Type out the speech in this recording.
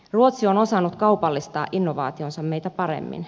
ruotsi on osannut kaupallistaa innovaationsa meitä paremmin